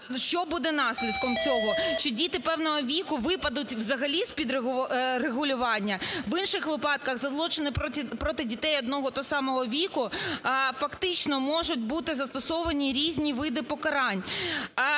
що буде наслідком цього, що діти певного віку випадуть взагалі з-під регулювання, в інших випадках за злочини проти дітей одного і того самого віку фактично можуть бути застосовані різні види покарань.